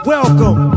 Welcome